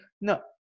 No